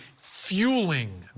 fueling